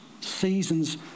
seasons